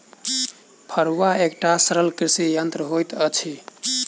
फड़ुआ एकटा सरल कृषि यंत्र होइत अछि